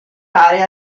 aree